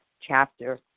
chapter